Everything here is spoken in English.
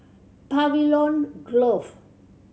Pavilion Grove